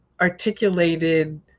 articulated